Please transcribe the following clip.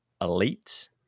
elites